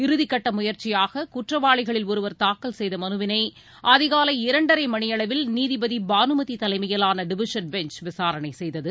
இறுதிகட்ட முயற்சியாக குற்றவாளிகளில் ஒருவர் தாக்கல் செய்த மனுவினை அதிகாலை இரண்டரை மணியளவில் நீதிபதி பானுமதி தலைமையிலான டிவிஷன் பெஞ்ச் விசாரணை செய்தது